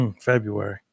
February